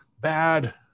bad